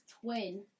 twin